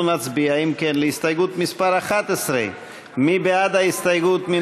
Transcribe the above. אנחנו נצביע על הסתייגות מס' 11. מי בעד ההסתייגות?